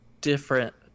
different